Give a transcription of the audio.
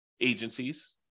agencies